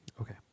Okay